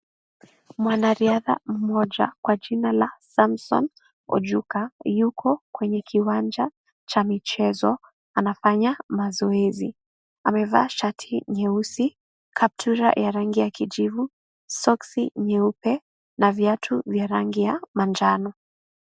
Mwanariadha mmoja kwa jina la Samson Ojuka yuko kwenye kiwanja cha michezo anafanya mazoezi. Amevaa shati nyeusi, kaptura ya rangi ya kijivu, soksi nyeupe na viatu vya rangi ya manjano.